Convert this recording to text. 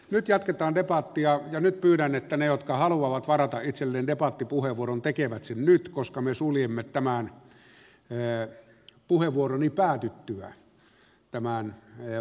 nyt jatketaan debattia ja nyt pyydän että ne jotka haluavat varata itselleen debattipuheenvuoron tekevät sen nyt koska puheenvuoroni päätyttyä me suljemme tämän vastauspuheenvuorolistan